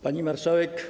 Pani Marszałek!